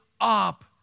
up